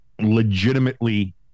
legitimately